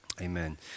Amen